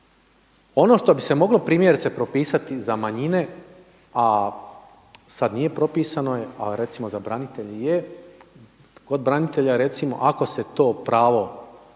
Ono što bi se moglo primjerice propisati za manjine a sada nije propisano je a recimo za branitelje je, kod branitelja recimo ako se to pravo